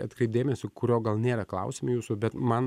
atkreipt dėmesį kurio gal nėra klausime jūsų bet man